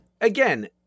Again